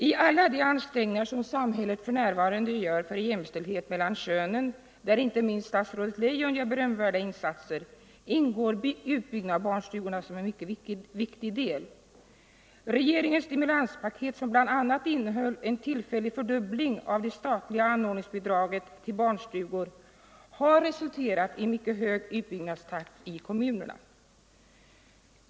I alla de ansträngningar som samhället för närvarande gör för jämställdhet mellan könen, där inte minst statsrådet gör berömvärda insatser, ingår utbyggnaden av barnstugorna som en mycket viktig del. Regeringens stimulanspaket, som bl.a. innehöll en tillfällig fördubbling av det statliga anordningsbidraget till barnstugor, har resulterat i en mycket hög utbyggnadstakt i kommunerna.